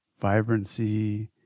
vibrancy